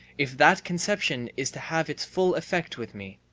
if that conception is to have its full effect with me.